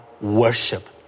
worship